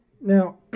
Now